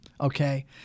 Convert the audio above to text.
Okay